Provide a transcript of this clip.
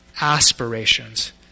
aspirations